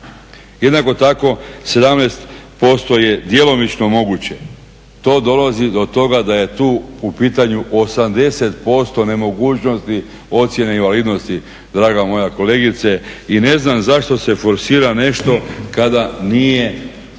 Jednako tako 17% je djelomično moguće. To dolazi do toga da je u pitanju 80% nemogućnosti ocjene invalidnosti draga moja kolegice. I ne znam zašto se forsira nešto kada nije